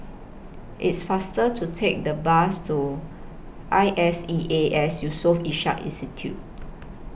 It's faster to Take The Bus to I S E A S Yusof Ishak Institute